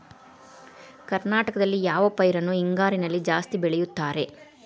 ಕರ್ನಾಟಕದಲ್ಲಿ ಯಾವ ಪೈರನ್ನು ಹಿಂಗಾರಿನಲ್ಲಿ ಜಾಸ್ತಿ ಬೆಳೆಯುತ್ತಾರೆ?